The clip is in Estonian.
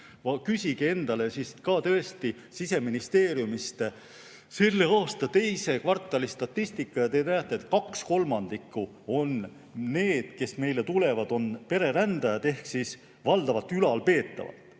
Küsige endale ka Siseministeeriumist selle aasta teise kvartali statistika, ja te näete, et kaks kolmandikku nendest, kes meile tulevad, on pererändajad ehk valdavalt ülalpeetavad.